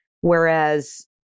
Whereas